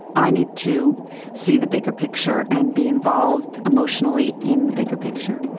i need to see the bigger picture and be involved emotionally in the bigger picture